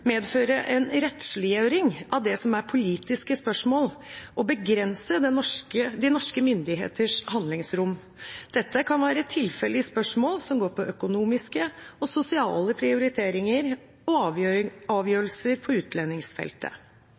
medføre en rettsliggjøring av det som er politiske spørsmål, og begrense norske myndigheters handlingsrom. Dette kan være tilfellet i spørsmål som går på økonomiske og sosiale prioriteringer, og avgjørelser på utlendingsfeltet.